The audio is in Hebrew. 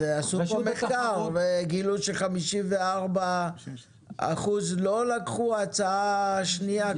אז עשו פה מחקר וגילו ש-54 אחוז לא לקחו הצעה שניה כתובה.